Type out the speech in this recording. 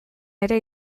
ere